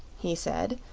he said,